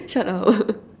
shut up